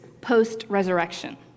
post-resurrection